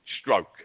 Stroke